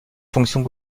fonctions